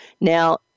Now